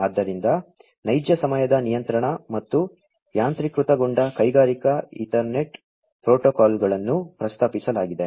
ಆದ್ದರಿಂದ ನೈಜ ಸಮಯದ ನಿಯಂತ್ರಣ ಮತ್ತು ಯಾಂತ್ರೀಕೃತಗೊಂಡ ಕೈಗಾರಿಕಾ ಈಥರ್ನೆಟ್ ಪ್ರೋಟೋಕಾಲ್ಗಳನ್ನು ಪ್ರಸ್ತಾಪಿಸಲಾಗಿದೆ